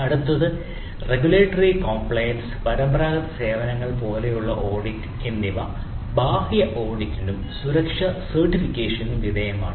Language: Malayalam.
അടുത്തത് റെഗുലേറ്ററി കോംപ്ലിയൻസ് വിധേയമാണ്